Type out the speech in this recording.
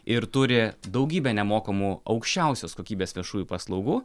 ir turi daugybę nemokamų aukščiausios kokybės viešųjų paslaugų